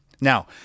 Now